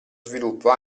sviluppo